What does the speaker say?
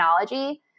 technology